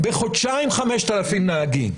בחודשיים 5,000 נהגים.